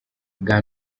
bwa